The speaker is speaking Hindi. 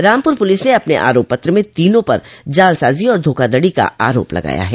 रामपुर पुलिस ने अपने आरोप पत्र में तीनों पर जालसाजी और धोखाधड़ी का आरोप लगाया है